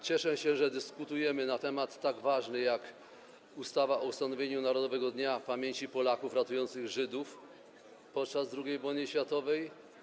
Cieszę się, że dyskutujemy na temat tak ważny jak ustawa o ustanowieniu Narodowego Dnia Pamięci Polaków ratujących Żydów podczas II wojny światowej.